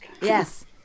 yes